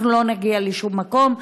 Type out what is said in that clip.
אנחנו לא נגיע לשום מקום.